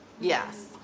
Yes